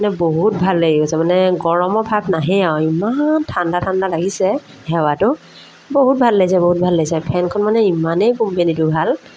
মানে বহুত ভাল লাগি গৈছে মানে গৰমৰ ভাব নাহে আৰু ইমান ঠাণ্ডা ঠাণ্ডা লাগিছে হাৱাটো বহুত ভাল লাগিছে বহুত ভাল লাগিছে ফেনখন মানে ইমানেই কোম্পেনীটো ভাল